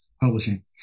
Publishing